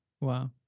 Wow